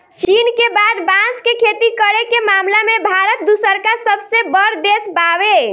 चीन के बाद बांस के खेती करे के मामला में भारत दूसरका सबसे बड़ देश बावे